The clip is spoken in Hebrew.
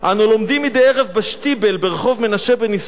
אנחנו לומדים מדי ערב בשטיבל ברחוב מנשה בן ישראל,